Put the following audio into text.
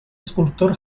escultor